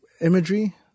imagery